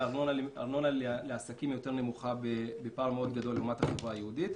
הארנונה לעסקים נמוכה יותר בפער מאוד גדול לעומת החברה היהודית.